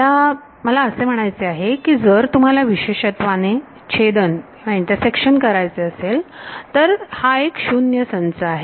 मला मला असे म्हणायचे आहे की जर तुम्हाला विशेषत्वाने छेद करायचे झाले तर हा एक शून्य संच आहे